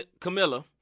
Camilla